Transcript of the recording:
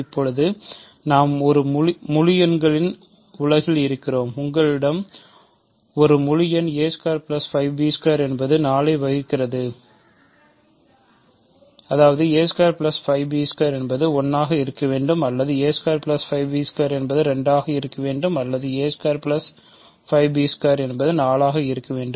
இப்போது நாம் முழு எண்களின் உலகில் இருக்கிறோம் உங்களிடம் ஒரு முழு எண்என்பது 4 ஐ வகுக்கிறது அதாவது என்பது 1 ஆக இருக்க வேண்டும் அல்லது என்பது 2 ஆக இருக்க வேண்டும் அல்லது என்பது 4 ஆக இருக்க வேண்டும்